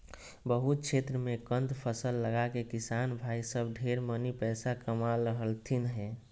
बहुत क्षेत्र मे कंद फसल लगाके किसान भाई सब ढेर मनी पैसा कमा रहलथिन हें